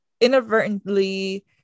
inadvertently